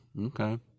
okay